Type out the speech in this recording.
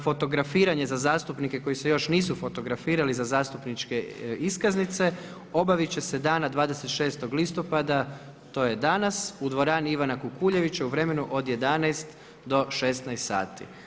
Fotografiranje za zastupnike koji se još nisu fotografirali za zastupničke iskaznice obavit će se dana 26. listopada to je danas u dvorani Ivana Kukuljevića u vremenu od 11 do 16 sati.